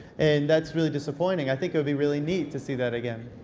and that's really disappointing. i think it would be really neat to see that again.